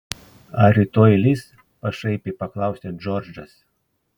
ar rytoj lis pašaipiai paklausė džordžas